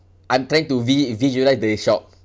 I'm trying to vi~ visualise the shop